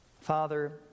Father